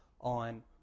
on